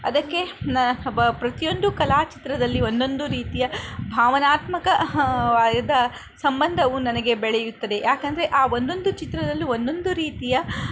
ಅದಕ್ಕೆ ನ ಬ ಪ್ರತಿ ಒಂದು ಕಲಾ ಚಿತ್ರದಲ್ಲಿ ಒಂದೊಂದು ರೀತಿಯ ಭಾವನಾತ್ಮಕ ವಾದ ಸಂಬಂಧವು ನನಗೆ ಬೆಳೆಯುತ್ತದೆ ಯಾಕಂದರೆ ಆ ಒಂದೊಂದು ಚಿತ್ರದಲ್ಲೂ ಒಂದೊಂದು ರೀತಿಯ